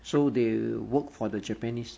so they work for the japanese